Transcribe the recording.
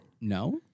No